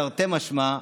תרתי משמע,